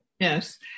Yes